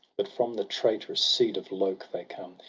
but from the traitorous seed of lok they come,